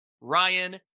Ryan